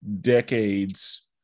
decades